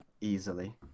easily